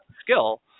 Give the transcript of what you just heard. skill